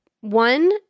one